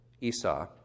Esau